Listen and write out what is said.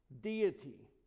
deity